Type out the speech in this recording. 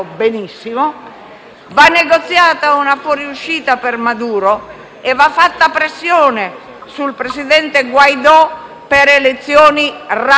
Va negoziata una fuoriuscita per Maduro e va fatta pressione sul presidente Guaidó per elezioni rapide.